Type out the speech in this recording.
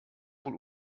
wohl